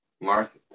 mark